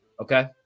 okay